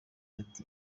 ati